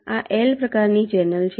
આ L પ્રકારની channel છે